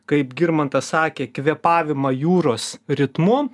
kaip girmantas sakė kvėpavimą jūros ritmu